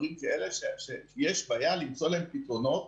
יש בעיה למצוא להם פתרונות.